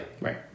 Right